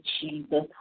Jesus